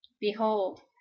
Behold